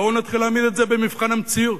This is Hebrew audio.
בואו ונתחיל להעמיד את זה במבחן המציאות.